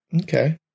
Okay